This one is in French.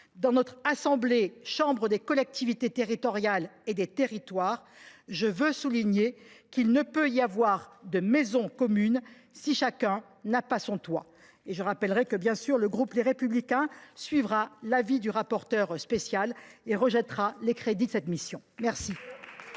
Dans notre assemblée, chambre des collectivités territoriales et des territoires, je veux souligner qu’il ne peut y avoir de maison commune si chacun n’a pas son toit. Il va de soi que le groupe Les Républicains suivra l’avis du rapporteur spécial et rejettera les crédits de cette mission.